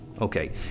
Okay